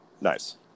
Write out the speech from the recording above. Nice